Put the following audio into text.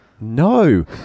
No